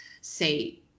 say